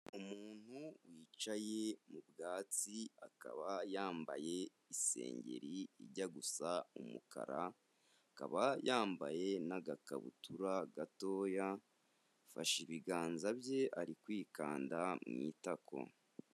Umuntu wicaye mu bwatsi, akaba yambaye isengeri ijya gusa umukara, akaba yambaye n'agakabutura gatoya, afashe ibiganza bye, ari kwikanda mu itako.